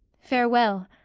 farewell!